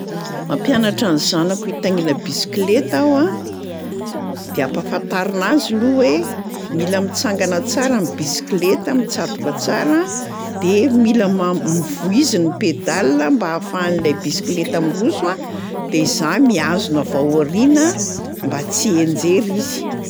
Mampianatra ny zanako hitaingina bisikleta aho a dia ampahafantarina azy loha hoe mila mitsangana tsara ny bisikleta mitsatoka tsara de mila ma- m- voiziny ny pedala mba ahafahan'lay bisikleta miroso a de za mihazona avy ao aoriana mba tsy hienjera izy.